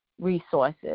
resources